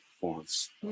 forms